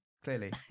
Clearly